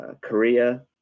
Korea